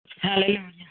Hallelujah